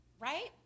right